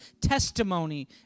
testimony